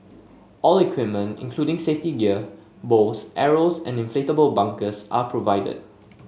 all equipment including safety gear bows arrows and inflatable bunkers are provided